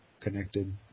connected